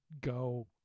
go